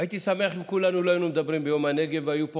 הייתי שמח אם כולנו לא היינו מדברים ביום הנגב והיו פה